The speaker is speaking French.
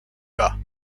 bas